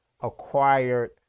acquired